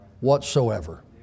whatsoever